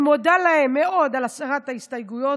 אני מודה להם מאוד על הסרת ההסתייגויות,